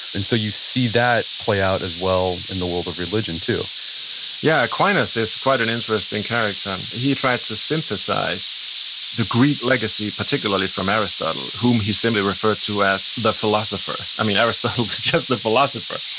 and so you see that play out as well in the world of religion, too yeah, aquinas is quite an interesting character. um he tried to synthesize the greek legacy, particularly from aristotle, whom he simply referred to as the philosopher. i mean aristotle was just the philosopher.